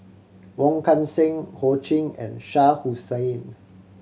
Wong Kan Seng Ho Ching and Shah Hussain